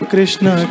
Krishna